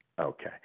Okay